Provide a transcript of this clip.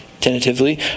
tentatively